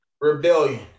rebellion